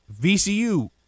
VCU